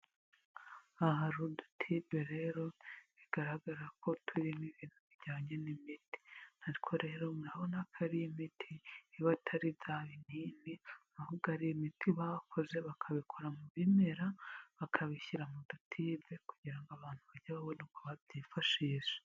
Aha hari udutibe rero, bigaragara ko turimo ibintu bijyanye n'imiti. Ariko rero murabona ko ari imiti iba atari bya binini, ahubwo ari imiti bakoze bakabikora mu bimera, bakabishyira mu dutibe, kugira ngo abantu bajye babona uko babyifashisha.